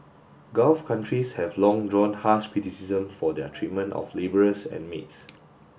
Gulf countries have long drawn harsh criticism for their treatment of labourers and maids